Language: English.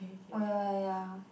oh ya ya ya